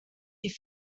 die